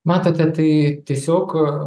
matote tai tiesiog